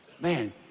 Man